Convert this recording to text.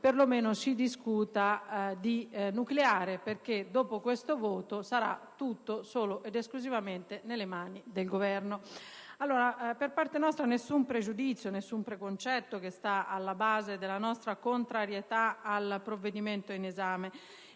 perlomeno si discuta di nucleare, visto che dopo la nostra votazione sarà tutto solo ed esclusivamente nelle mani del Governo. Non c'è nessun pregiudizio, né alcun preconcetto che sta alla base della nostra contrarietà al provvedimento in esame,